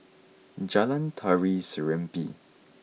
Jalan Tari Serimpi